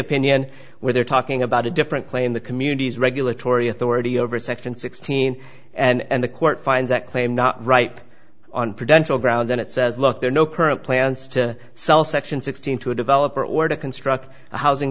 opinion where they're talking about a different claim the community's regulatory authority over section sixteen and the court finds that claim not right on prevention ground then it says look there are no current plans to sell section sixteen to a developer or to construct housing